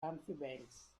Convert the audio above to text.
amphibians